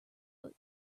but